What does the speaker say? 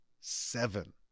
seven